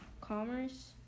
commerce